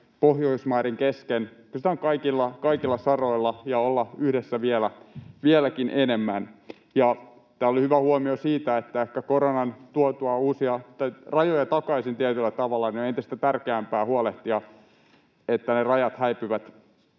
Pohjoismaiden kesken oikeastaan kaikilla saroilla ja olla yhdessä vieläkin enemmän. Tämä oli hyvä huomio siitä, että ehkä koronan tuotua rajoja takaisin tietyllä tavalla on entistä tärkeämpää huolehtia, että ne rajat häipyvät